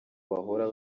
bahora